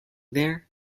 there